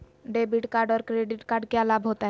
Debit card और credit card क्या लाभ होता है?